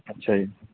ਅੱਛਾ ਜੀ